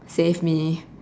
save me